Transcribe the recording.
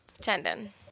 tendon